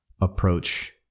approach